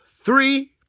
three